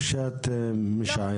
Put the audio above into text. או שאת משערת?